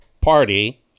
party